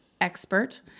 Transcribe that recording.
expert